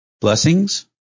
Blessings